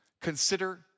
consider